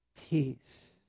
peace